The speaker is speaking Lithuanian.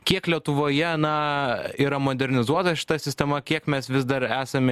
kiek lietuvoje na yra modernizuota šita sistema kiek mes vis dar esame